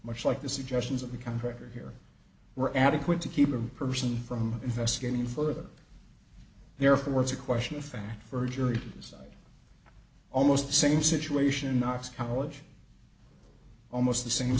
much like the suggestions of the contractor here were adequate to keep them person from investigating further therefore it's a question of fact birger it is almost the same situation knox college almost the same